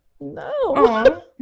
No